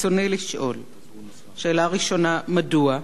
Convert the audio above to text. רצוני לשאול: 1. מדוע?